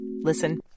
Listen